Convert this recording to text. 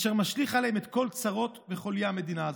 אשר משליך עליהם את כל צרות וחוליי המדינה הזאת.